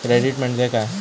Credit म्हणजे काय?